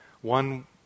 One